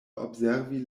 observi